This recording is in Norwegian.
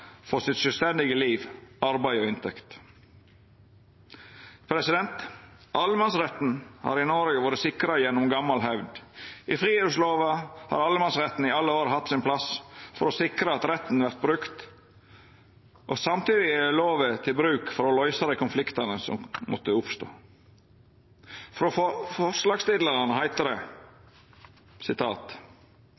inntekt. Allemannsretten har i Noreg vore sikra gjennom gamal hevd. I friluftslova har allemannsretten i alle år hatt sin plass for å sikra at retten vert brukt. Samtidig er lova brukt for å løysa dei konfliktane som måtte oppstå. Frå forslagsstillarane heiter det at «allemannsretten daglig er under press fra grunneiere, utbyggere og det